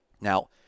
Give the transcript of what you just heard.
Now